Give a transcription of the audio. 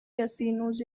casinos